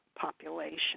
population